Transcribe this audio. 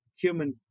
human